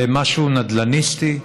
למשהו נדל"ניסטי,